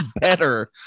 better